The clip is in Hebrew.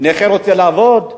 נכה רוצה לעבוד?